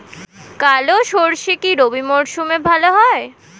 কালো সরষে কি রবি মরশুমে ভালো হয়?